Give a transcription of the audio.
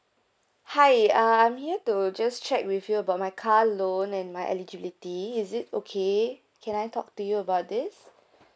hi uh I'm here to just check with you about my car loan and my eligibility is it okay can I talk to you about this